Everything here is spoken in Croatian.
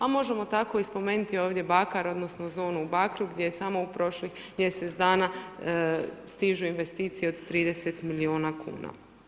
A možemo tako i spomenuti ovdje Bakar odnosno zonu u Bakru gdje je samo u prošlih mjesec dana stižu investicije od 30 milijuna kuna.